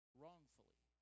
wrongfully